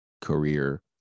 career